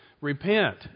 repent